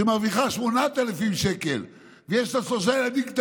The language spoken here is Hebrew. שמרוויחה 8,000 שקלים ויש לה שלושה ילדים,